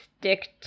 stick